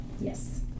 Yes